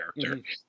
character